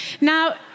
Now